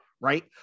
right